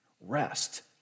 rest